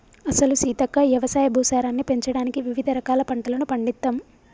అసలు సీతక్క యవసాయ భూసారాన్ని పెంచడానికి వివిధ రకాల పంటలను పండిత్తమ్